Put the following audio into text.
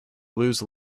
lose